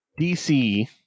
DC